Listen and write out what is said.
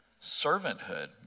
servanthood